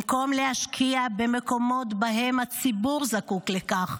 במקום להשקיע במקומות שבהם הציבור זקוק לכך,